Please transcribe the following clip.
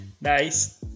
Nice